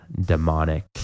demonic